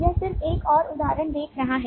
यह सिर्फ एक और उदाहरण देख रहा है